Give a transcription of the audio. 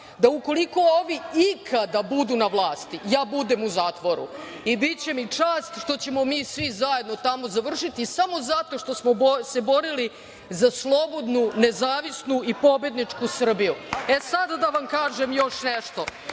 da ukoliko ovi ikada budu na vlasti ja budem u zatvoru. Biće mi čast što ćemo mi svi zajedno tamo završiti samo zato što smo se borili za slobodnu, nezavisnu i pobedničku Srbiju.E sad, da vam kažem još nešto.